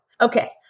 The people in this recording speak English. Okay